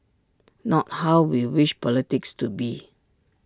not how we wish politics to be